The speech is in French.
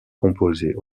composés